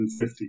150